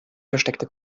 versteckte